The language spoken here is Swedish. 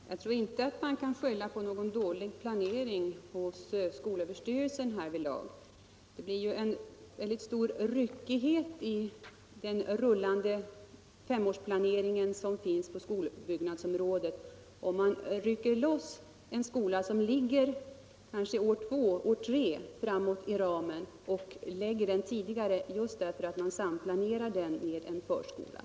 Herr talman! Jag tror inte att man kan skylla på någon dålig planering hos skolöverstyrelsen. Det blir stor ryckighet i den rullande femårsplaneringen på skolbyggnadsområdet om man bryter ut en skola som ligger framöver i ramen, kanske inom år två eller tre, tidigarelägger den därför att kommunen vill samplanera den med en förskola.